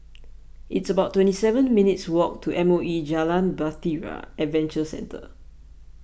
it's about twenty seven minutes' walk to M O E Jalan Bahtera Adventure Centre